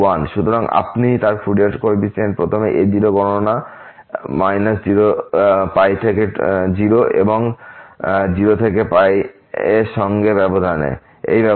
সুতরাং আপনি তার ফুরিয়ার কোফিসিয়েন্টস প্রথমে a0 গণনা π to 0 এবং 0 to ঙ্গেই ব্যাবধানে